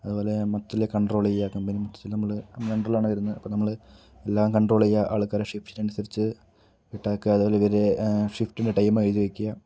അതുപോലെ മൊത്തത്തില് കണ്ട്രോള് ചെയ്യുക കമ്പനി മിനിട്സില് നമ്മള് അതിൻ്റെ അണ്ടറിലാണ് വരുന്നത് നമ്മള് എല്ലാം കണ്ട്രോള് ചെയ്യുക ആൾക്കാരുടെ എഫിഷ്യൻസി അനുസരിച്ച് വിട്ടേക്കുക അതുപോലെ ഇവരുടെ ഷിഫ്റ്റിൻ്റെ ടൈം എഴുതി വക്കുക